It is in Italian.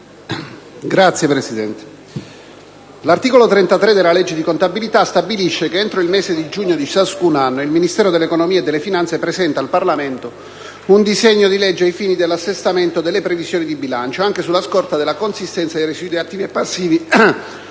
Signor Presidente, l'articolo 33 della legge di contabilità stabilisce che entro il mese di giugno di ciascun anno il Ministero dell'economia e delle finanze presenta al Parlamento un disegno di legge ai fini dell'assestamento delle previsioni di bilancio, anche sulla scorta della consistenza dei residui attivi e passivi